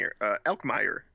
Elkmeyer